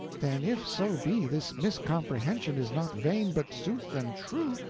then if so be this miscomprehension is not vain but sooth and true,